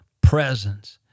presence